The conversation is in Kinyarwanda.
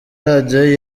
radiyo